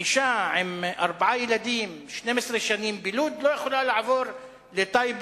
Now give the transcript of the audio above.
אשה עם ארבעה ילדים ו-12 שנים בלוד לא יכולה לעבור לטייבה,